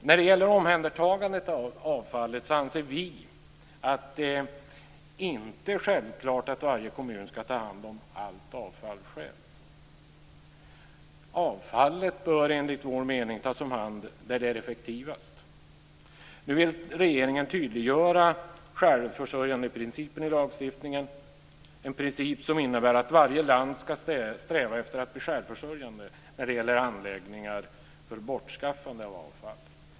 När det gäller omhändertagandet av avfallet anser vi att det inte är självklart att varje kommun skall ta hand om allt avfall själv. Avfallet bör enligt vår mening tas om hand där det är effektivast. Nu vill regeringen tydliggöra självförsörjandeprincipen i lagstiftningen, en princip som innebär att varje land skall sträva efter att bli självförsörjande när det gäller anläggningar för bortskaffande av avfall.